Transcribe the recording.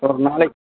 ஒரு நாளை